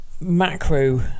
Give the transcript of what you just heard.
macro